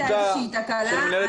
אולי הייתה איזושהי תקלה.